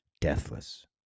deathless